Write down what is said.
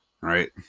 right